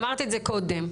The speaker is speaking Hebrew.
אמרתי את זה קודם.